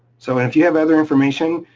so if you have other information,